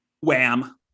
wham